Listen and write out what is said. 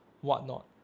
whatnot